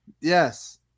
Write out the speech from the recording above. Yes